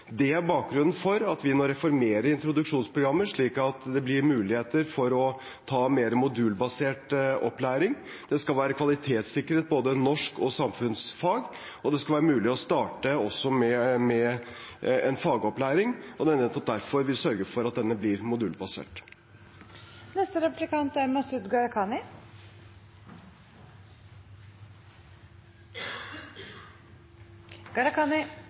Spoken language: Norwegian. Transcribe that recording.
Det er bakgrunnen for at vi nå reformerer introduksjonsprogrammet slik at det blir mulighet for å ta mer modulbasert opplæring. Det skal være kvalitetssikret både norsk og samfunnsfag, og det skal også være mulig å starte med fagopplæring. Det er nettopp derfor vi sørger for at det blir modulbasert. Jeg tror det er